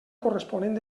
corresponent